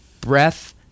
breath